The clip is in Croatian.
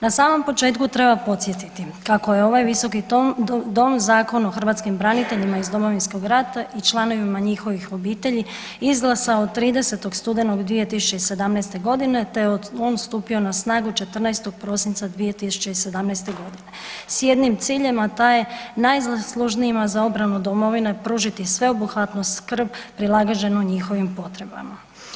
Na samom početku treba podsjetiti kako je ovaj visoki dom Zakon o hrvatskim braniteljima iz Domovinskog rata i članovima njihovih obitelji izglasao 30. studenog 2017.g., te je on stupio na snagu 14. prosinca 2017.g. s jednim ciljem, a taj je najzaslužnijima za obranu domovine pružiti sveobuhvatnu skrb prilagođenu njihovim potrebama.